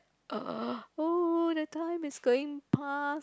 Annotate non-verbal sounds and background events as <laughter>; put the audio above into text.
<noise> oo the time is going pass